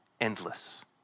Endless